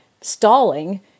stalling